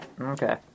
Okay